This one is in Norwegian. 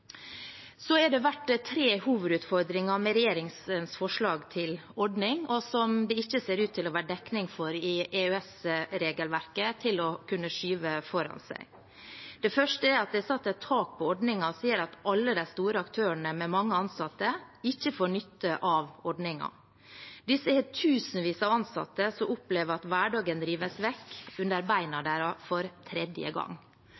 Det har vært tre hovedutfordringer med regjeringens forslag til ordning der det ikke ser ut til å være dekning for å kunne skyve EØS-regelverket foran seg. Det første er at det er satt et tak på ordningen som gjør at alle de store aktørene med mange ansatte ikke får nytte av ordningen. Disse har tusenvis av ansatte som opplever at hverdagen rives vekk under bena deres for tredje gang.